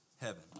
heaven